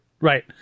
right